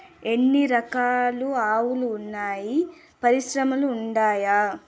ఎన్ని రకాలు ఆవులు వున్నాయి పరిశ్రమలు ఉండాయా?